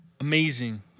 Amazing